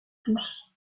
tous